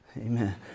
Amen